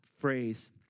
phrase